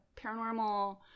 paranormal